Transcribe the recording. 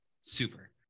super